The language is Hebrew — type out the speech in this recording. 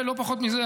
ולא פחות מזה,